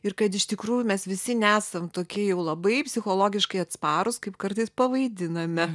ir kad iš tikrųjų mes visi nesam tokie jau labai psichologiškai atsparūs kaip kartais pavaidiname